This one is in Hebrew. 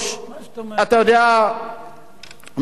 מעל הכול מה שקשה לי בעצם,